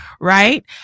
Right